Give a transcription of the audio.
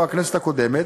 ואף בכנסת הקודמת,